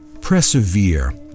Persevere